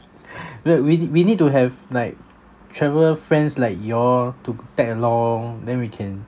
we we need to have like travel friends like you all to tag along then we can